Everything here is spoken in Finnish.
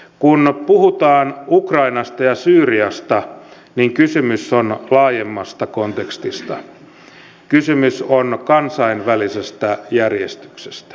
kun puhutaan ukrainasta ja syyriasta niin kysymys on laajemmasta kontekstista kysymys on kansainvälisestä järjestyksestä